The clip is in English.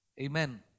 Amen